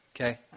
Okay